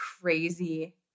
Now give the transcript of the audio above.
crazy